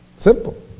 Simple